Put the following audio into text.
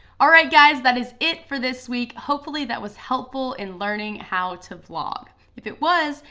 alright, guys, that is it for this week. hopefully, that was helpful in learning how to vlog. if it was,